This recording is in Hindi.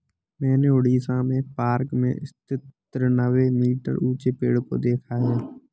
मैंने उड़ीसा में पार्क में स्थित तिरानवे मीटर ऊंचे पेड़ को देखा है